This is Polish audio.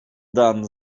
dan